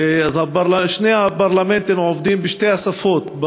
שני הפרלמנטים עובדים בשתי השפות,